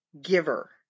giver